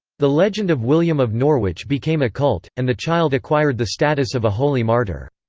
the legend of william of norwich became a cult, and the child acquired the status of a holy martyr.